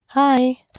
Hi